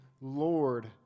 Lord